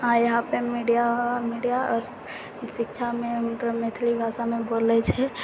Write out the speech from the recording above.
हाँ इहाँपर media media आओर शिक्षामे मतलब मैथिली भाषामे बोलै छै